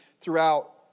throughout